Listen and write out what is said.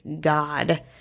God